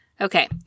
Okay